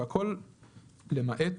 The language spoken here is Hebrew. והכל מעט